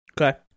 okay